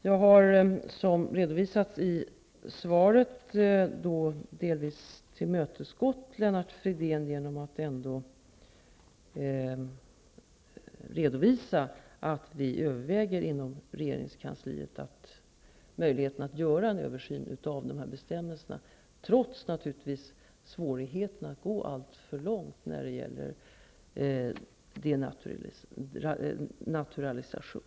Jag har, som redovisats i svaret, delvis tillmötesgått Lennart Fridén genom att redovisa att vi inom regeringskansliet överväger möjligheten att göra en översyn av dessa bestämmelser, trots svårigheterna att gå alltför långt när det gäller naturalisation.